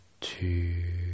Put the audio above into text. two